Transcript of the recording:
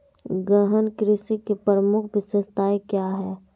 गहन कृषि की प्रमुख विशेषताएं क्या है?